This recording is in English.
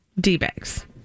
D-Bags